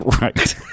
Right